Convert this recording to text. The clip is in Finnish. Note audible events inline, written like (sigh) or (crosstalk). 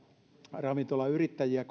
ravintolayrittäjiä (unintelligible)